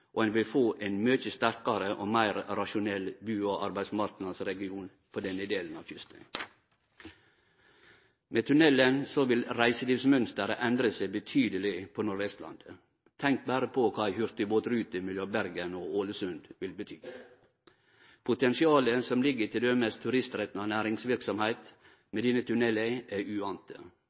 og ein vil få ein mykje sterkare og meir rasjonell bu- og arbeidsmarknadsregion på denne delen av kysten. Med tunnelen vil reiselivsmønsteret endre seg betydeleg på Nordvestlandet – tenk berre på kva ei hurtigbåtrute mellom Bergen og Ålesund vil bety. Potensialet som ligg i t.d. turistretta næringsverksemd med denne tunnelen, er